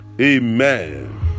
amen